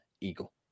Eagle